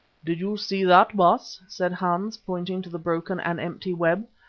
did you see that, baas? said hans, pointing to the broken and empty web.